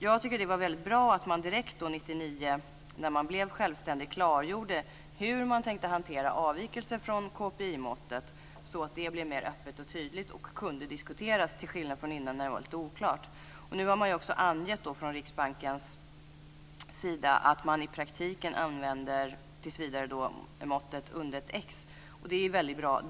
Jag tycker att det var väldigt bra att Riksbanken direkt år 1999 när den blev självständig klargjorde hur man tänkte hantera avvikelser från KPI-måttet så att det blev mer öppet och tydligt och kunde diskuteras, till skillnad från tidigare när det var lite oklart. Nu har man också angett från Riksbankens sida att man i praktiken tills vidare använder måttet UND1X, och det är väldigt bra.